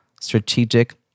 Strategic